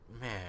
man